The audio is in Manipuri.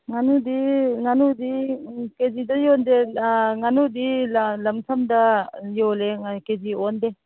ꯉꯥꯅꯨꯗꯤ ꯀꯦ ꯖꯤꯗ ꯌꯣꯟꯗꯦ ꯑꯥ ꯉꯥꯅꯨꯗꯤ ꯂꯝꯁꯝꯗ ꯌꯣꯜꯂꯦ ꯀꯦ ꯖꯤ ꯑꯣꯟꯗꯦ